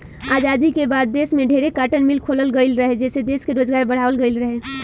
आजादी के बाद देश में ढेरे कार्टन मिल खोलल गईल रहे, जेइसे दश में रोजगार बढ़ावाल गईल रहे